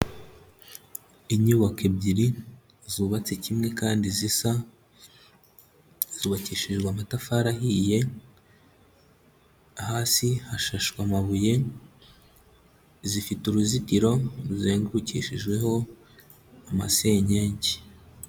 Inyubako ebyiri zubatse kimwe kandi zisa, zubakishijwe amatafari ahiye, hasi hashashwe amabuye, zifite uruzitiro ruzengukishijweho amasenyenge.